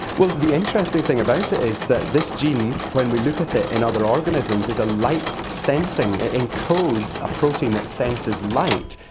well, the interesting thing about it is that this gene when we look at so it in other organisms is light sensing it encodes protein that senses light.